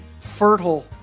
fertile